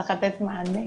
שצריך לתת מענה